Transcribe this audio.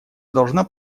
должна